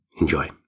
enjoy